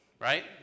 Right